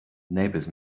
neighbors